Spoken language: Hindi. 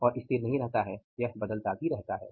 और स्थिर नहीं रहता है वह बदलता भी रहता है